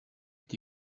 est